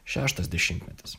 šeštas dešimtmetis